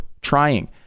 trying